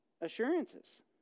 assurances